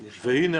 והנה,